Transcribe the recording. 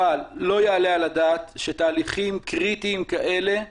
אבל לא יעלה על הדעת שתהליכים קריטיים כאלה,